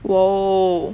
!whoa!